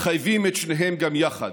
מחייבים את שניהם גם יחד,